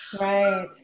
Right